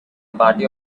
party